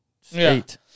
state